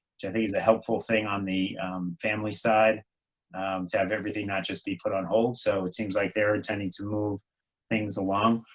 i think is a helpful thing on the family side to have everything not just be put on hold. so it seems like they are intending to move things along.